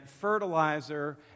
fertilizer